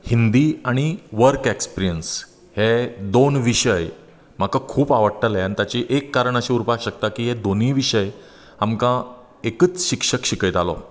हिंदी आनी work experience हे दोन विशय म्हाका खूब आवडटाले आनी ताचें एक कारण अशें उरपाक शकता की हे दोनूय विशय आमकां एकच शिक्षक शिकयतालो